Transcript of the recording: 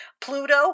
Pluto